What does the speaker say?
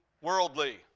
worldly